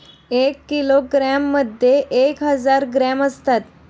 एक किलोग्रॅममध्ये एक हजार ग्रॅम असतात